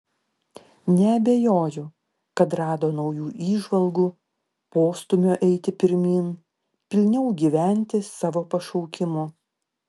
neabejoju kad rado naujų įžvalgų postūmio eiti pirmyn pilniau gyventi savo pašaukimu